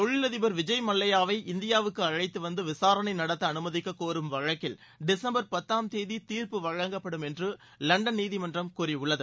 தொழிலதிபர் விஜய் மல்லையாவை இந்தியாவுக்கு அழைத்துவந்து விசாரணை நடத்த அனுமதிக்கக்கோரும் வழக்கில் டிசம்பர் பத்தாம் தேதி தீர்ப்பு வழங்கப்படும் என்று லண்டன் நீதிமன்றம் கூறியுள்ளது